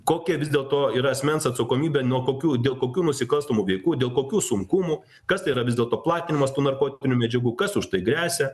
kokia vis dėlto yra asmens atsakomybė nuo kokių dėl kokių nusikalstamų veikų dėl kokių sunkumų kas tai yra vis dėlto platinimas tų narkotinių medžiagų kas už tai gresia